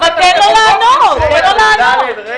די עם הצביעות הזאת.